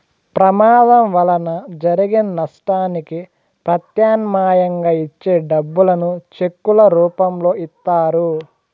ప్రమాదం వలన జరిగిన నష్టానికి ప్రత్యామ్నాయంగా ఇచ్చే డబ్బులను చెక్కుల రూపంలో ఇత్తారు